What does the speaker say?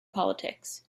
politics